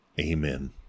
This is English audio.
Amen